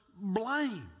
blame